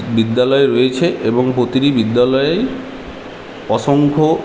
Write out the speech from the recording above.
বিদ্যালয় রয়েছে এবং প্রতিটি বিদ্যালয়েই অসংখ্য